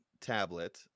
tablet